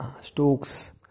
Stokes